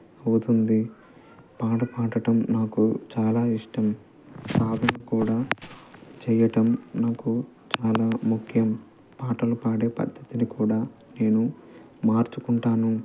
అవుతుంది పాట పాడటం నాకు చాలా ఇష్టం సాధన కూడా చెయ్యటం నాకు చాలా ముఖ్యం పాటలు పాడే పద్ధతిని కూడా నేను మార్చుకుంటాను